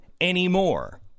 anymore